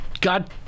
God